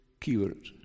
keywords